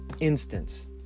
instance